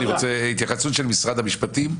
אני רוצה התייחסות של משרד המשפטים.